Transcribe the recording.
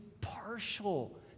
partial